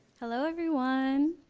hello, everyone.